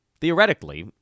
theoretically